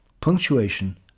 punctuation